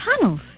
tunnels